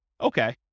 Okay